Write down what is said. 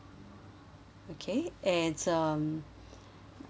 okay and um